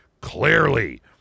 clearly